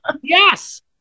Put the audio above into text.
Yes